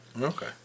Okay